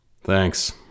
Thanks